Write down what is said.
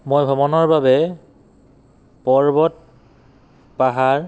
মই ভ্ৰমণৰ বাবে পৰ্বত পাহাৰ